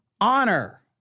honor